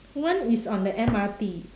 one is on the M_R_T